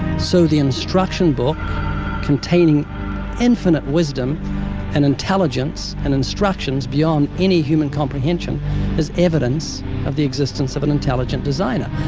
so the instruction book containing infinite wisdom and intelligence and instructions beyond any human comprehension is evidence of the existence of an intelligent designer.